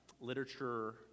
literature